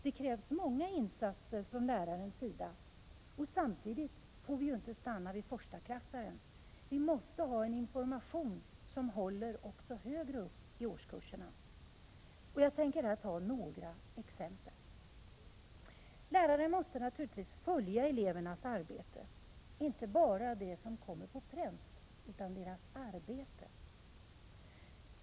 Det krävs många insatser från lärarens sida. Samtidigt får vi inte stanna vid förstaklassarna; vi måste ha en information som håller också högre upp i årskurserna. Jag tänker här ta upp några exempel. Läraren måste naturligtvis följa elevernas arbete, inte bara det som kommer på pränt - utan deras arbete.